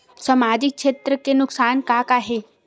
सामाजिक क्षेत्र के नुकसान का का हे?